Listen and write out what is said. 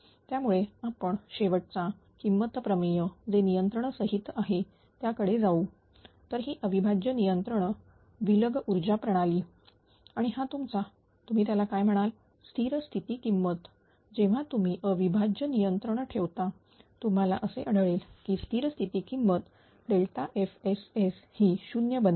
त्यामुळे आपण शेवटचा किंमत प्रमेय जे नियंत्रण सहित आहे त्याकडे जाऊ तरी ही अविभाज्य नियंत्रण विलग ऊर्जा प्रणाली आणि हा तुमचा तुम्ही त्याला काय म्हणाल स्थिर स्थिती किंमत जेव्हा तुम्ही अविभाज्य नियंत्रण ठेवता तुम्हाला असे आढळेल की स्थिर स्थिती किंमत FSS ही 0 बनेल